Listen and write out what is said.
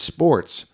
Sports